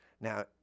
Now